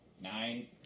nine